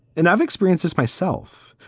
and i've experienced this myself.